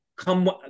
come